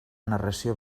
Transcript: narració